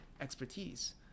expertise